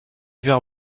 vert